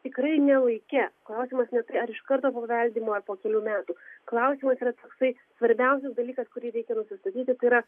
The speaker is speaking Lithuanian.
tikrai ne laike klausimas neturi ar iš karto paveldima ar po kelių metų klausimas yra toksai svarbiausias dalykas kurį reikia nusistatyti tai yra